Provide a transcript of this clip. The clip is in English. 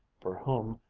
for whom,